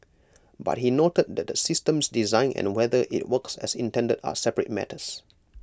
but he noted that the system's design and whether IT works as intended are separate matters